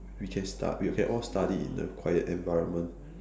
we can stu~ we can all study in a quiet environment